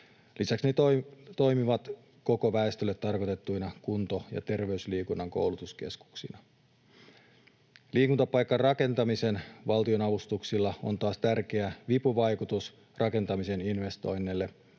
Lisäksi ne toimivat koko väestölle tarkoitettuina kunto- ja terveysliikunnan koulutuskeskuksina. Liikuntapaikkarakentamisen valtionavustuksilla on taas tärkeä vipuvaikutus rakentamisen investoinneille.